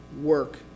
work